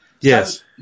Yes